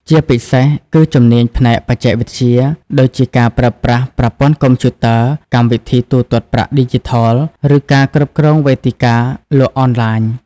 ជាពិសេស គឺជំនាញផ្នែកបច្ចេកវិទ្យា ដូចជាការប្រើប្រាស់ប្រព័ន្ធកុំព្យូទ័រ កម្មវិធីទូទាត់ប្រាក់ឌីជីថល ឬការគ្រប់គ្រងវេទិកាលក់អនឡាញ។